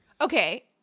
okay